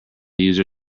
user